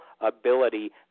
ability